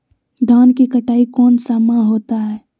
धान की कटाई कौन सा माह होता है?